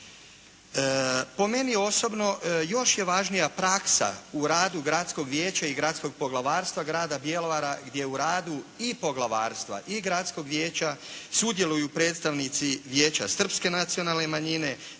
Po meni osobno još je važnija praksa u radu Gradskog vijeća i Gradskog poglavarstva grada Bjelovara gdje u radu i poglavarstva i gradskog vijeća sudjeluju predstavnici Vijeća srpske nacionalne manjine,